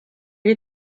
you